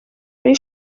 ari